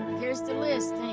here's the list.